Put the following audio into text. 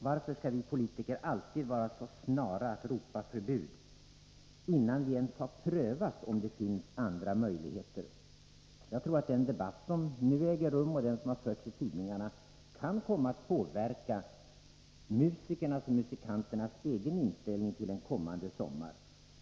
Varför skall vi politiker alltid vara så snara att tTopa efter förbud, innan vi ens har prövat om det finns andra möjligheter? Jag tror att den debatt som nu äger rum och som förts i tidningarna kan komma att påverka musikanternas egen inställning till den kommande sommaren.